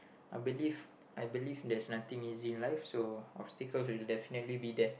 I believe I believe there is nothing easy in life so obstacles will definitely be there